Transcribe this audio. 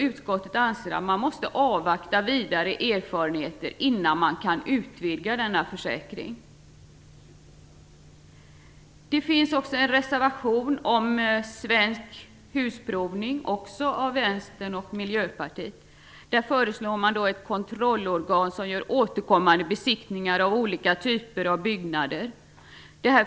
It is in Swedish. Utskottet anser därför att man måste avvakta vidare erfarenheter innan man kan utvidga denna försäkring. Det finns också en reservation om Svensk Husprovning AB, också den av vänstern och Miljöpartiet. I reservationen föreslås ett kontrollorgan som gör återkommande besiktningar av olika typer av byggnader.